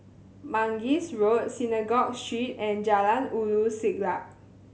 Mangis Road Synagogue Street and Jalan Ulu Siglap